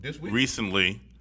recently—